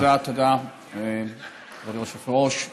תודה, אדוני היושב-ראש.